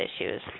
issues